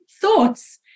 thoughts